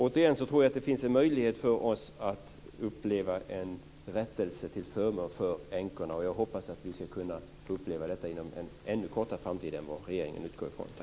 Återigen tror jag att det finns en möjlighet för oss att uppleva en rättelse till förmån för änkorna. Och jag hoppas att vi ska kunna få uppleva detta inom en ännu snarare framtid än vad regeringen utgår ifrån.